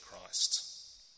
Christ